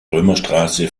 römerstraße